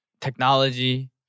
technology